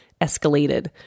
escalated